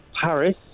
Paris